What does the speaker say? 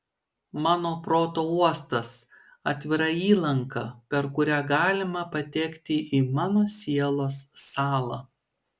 mano proto uostas atvira įlanka per kurią galima patekti į mano sielos sąlą